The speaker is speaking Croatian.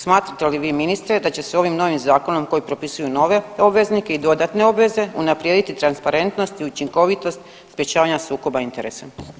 Smatrate li vi ministre da će se ovim novim zakonom koji propisuju nove obveznike i dodatne obveze unaprijediti transparentnost i učinkovitost sprječavanja sukoba interesa?